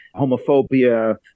homophobia